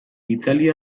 itzali